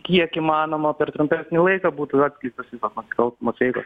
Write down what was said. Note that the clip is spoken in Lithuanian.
kiek įmanoma per trumpesnį laiką būtų atskleistos visos nusikalstamos veikos